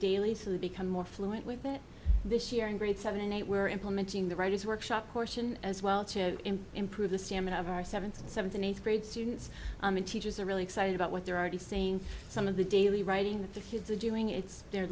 daily so they become more fluent with this year in grade seven eight we're implementing the writers workshop portion as well to improve the stamina of our seventh and seventh and eighth grade students and teachers are really excited about what they're already seeing some of the daily writing the kids are doing it's they're